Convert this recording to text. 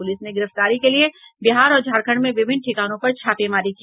police ने गिरफ्तारी के लिये बिहार और झारखंड में विभिन्न ठिकानों पर छापेमारी की